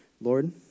Lord